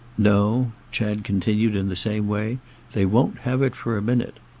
no, chad continued in the same way they won't have it for a minute.